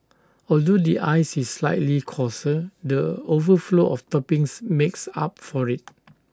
although the ice is slightly coarser the overflow of toppings makes up for IT